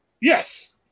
Yes